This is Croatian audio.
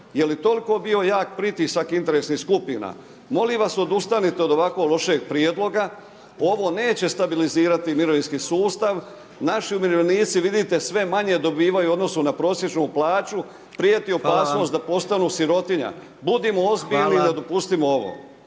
Je li toliko bio jak pritisak interesnih skupina? Molim vas odustanite od ovako lošeg prijedloga. Ovo neće stabilizirati mirovinski sustav, naši umirovljenici vidite sve manje dobivaju u odnosu na prosječnu plaću, prijeti opasnost da postanu sirotinja. Budimo ozbiljno i ne dopustimo ovo.